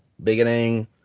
Beginning